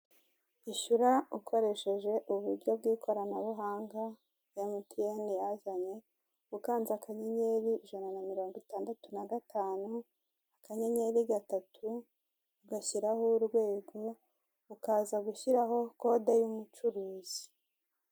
Ishyura ukoresheje uburyo bw'ikoranabuhanga MTN yazanye, ukanze akanyenyeri ijana na mirongo itandatu na gatanu, akayenyeri gatatu ugashyiraho urwego, ukaza gushyiraho kode y'umucuruzi.